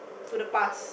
to the past